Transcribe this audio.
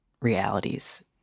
realities